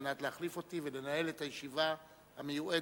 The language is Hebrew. על מנת להחליף אותי ולנהל את הישיבה המיועדת